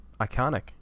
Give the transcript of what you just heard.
Iconic